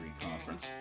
Conference